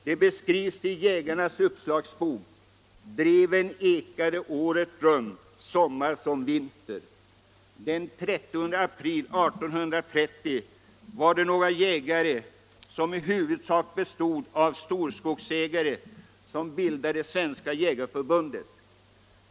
Det beskrivs i Jägarnas uppslagsbok: ”Dreven ekade året runt, sommar som vinter.” Den 30 april 1830 var det några jägare, i huvudsak stora skogsägare, som bildade Svenska jägareförbundet.